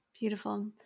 beautiful